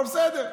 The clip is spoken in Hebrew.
אבל בסדר.